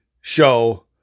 show